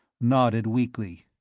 nodded weakly.